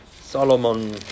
Solomon